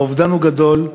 האובדן הוא גדול.